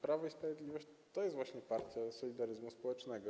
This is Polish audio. Prawo i Sprawiedliwość jest właśnie partią solidaryzmu społecznego.